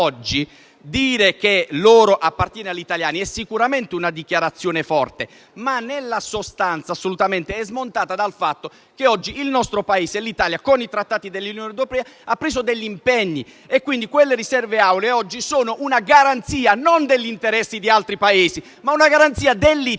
che l'oro appartiene agli italiani è sicuramente una dichiarazione forte, ma nella sostanza è smontata dal fatto che oggi l'Italia con i trattati dell'Unione ha preso degli impegni e, quindi, quelle riserve auree oggi sono una garanzia non degli interessi di altri Paesi, ma una garanzia dell'Italia nel sistema